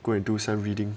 go and do some reading